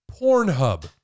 Pornhub